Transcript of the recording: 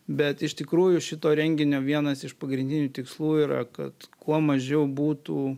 bet iš tikrųjų šito renginio vienas iš pagrindinių tikslų yra kad kuo mažiau būtų